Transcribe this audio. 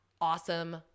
awesome